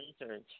research